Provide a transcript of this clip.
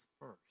first